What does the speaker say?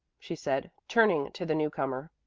she said, turning to the newcomer,